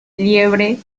liebre